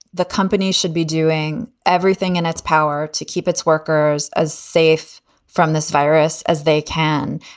the companies should be doing everything in its power to keep its workers as safe from this virus as they can.